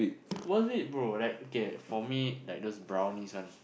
worth it bro like okay for me like those brownies one